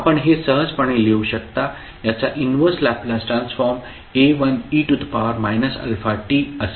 आपण हे सहजपणे लिहू शकता याचा inverse Laplace transform A1e αt असेल